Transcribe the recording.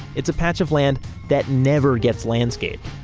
it's a patch of land that never gets landscaped.